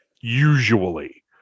usually